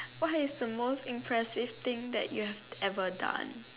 what is the most impressive thing that you have ever done